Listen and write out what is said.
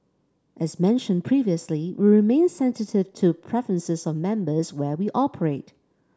as mentioned previously we remain sensitive to preferences of members where we operate